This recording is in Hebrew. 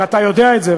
ואתה יודע את זה,